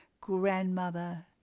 grandmother